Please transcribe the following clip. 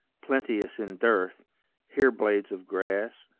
plenteous in dearth here blades of grass,